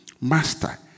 Master